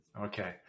Okay